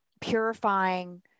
purifying